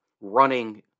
running